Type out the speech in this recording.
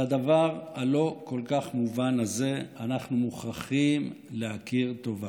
על הדבר הלא-כל-כך מובן הזה אנחנו מוכרחים להכיר טובה.